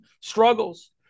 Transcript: struggles